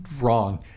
wrong